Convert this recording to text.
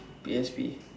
P_S_P